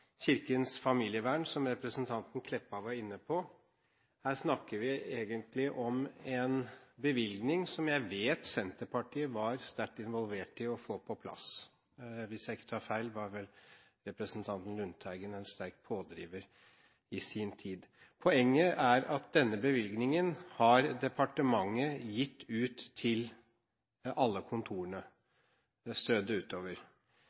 Kirkens Familievern, som representanten Meltveit Kleppa var inne på: Her snakker vi egentlig om en bevilgning som jeg vet Senterpartiet var sterkt involvert i å få på plass. Hvis jeg ikke tar feil, var vel representanten Lundteigen en sterk pådriver i sin tid. Poenget er at denne bevilgningen har departementet gitt ut til alle kontorene – strødd det utover.